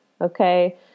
okay